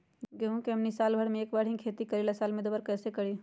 गेंहू के हमनी साल भर मे एक बार ही खेती करीला साल में दो बार कैसे करी?